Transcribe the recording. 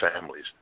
families